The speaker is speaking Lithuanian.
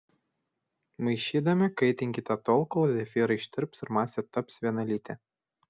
maišydami kaitinkite tol kol zefyrai ištirps ir masė taps vienalytė